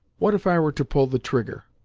what if i were to pull the trigger?